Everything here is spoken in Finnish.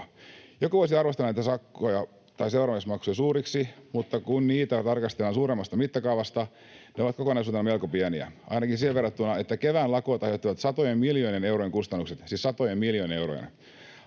Joku voisi arvostella näitä sakkoja tai seuraamusmaksuja suuriksi, mutta kun niitä tarkastellaan suuremmasta mittakaavasta, ne ovat kokonaisuutena melko pieniä, ainakin siihen verrattuna, että kevään lakot aiheuttivat satojen miljoonien eurojen kustannukset, siis satojen miljoonien eurojen.